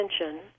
attention